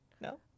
No